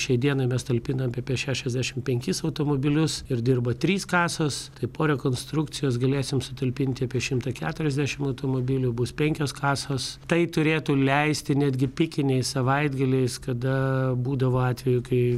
šiai dienai mes talpinam apie šešiasdešimt penkis automobilius ir dirba trys kasos tai po rekonstrukcijos galėsim sutalpinti apie šimtą keturiasdešimt automobilių bus penkios kasos tai turėtų leisti netgi pikiniais savaitgaliais kada būdavo atvejų kai